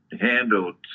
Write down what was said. handled